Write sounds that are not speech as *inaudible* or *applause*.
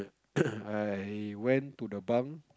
*noise* I went to the bunk